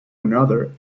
another